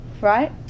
right